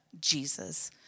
jesus